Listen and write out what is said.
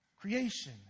creation